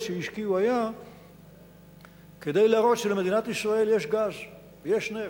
שהשקיעו היה כדי להראות שלמדינת ישראל יש גז ויש נפט.